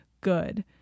good